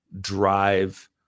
drive